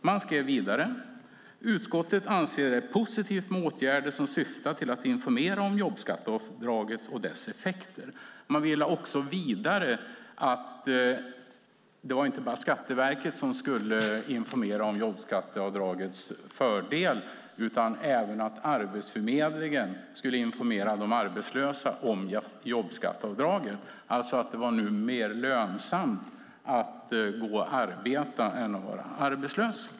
Man skrev vidare att utskottet anser att det är positivt med åtgärder som syftar till att informera om jobbskatteavdraget och dess effekter. Man menade också att det inte bara var Skatteverket som skulle informera om jobbskatteavdragets fördel utan att även Arbetsförmedlingen skulle informera de arbetslösa om jobbskatteavdraget, alltså att det numera är mer lönsamt att arbeta än att vara arbetslös.